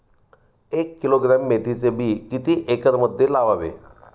एक किलोग्रॅम मेथीचे बी किती एकरमध्ये लावावे?